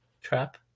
trap